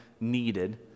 needed